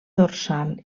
dorsal